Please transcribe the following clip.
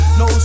no